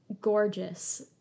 gorgeous